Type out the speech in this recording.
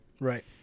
Right